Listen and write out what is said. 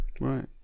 Right